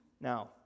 Now